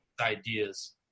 ideas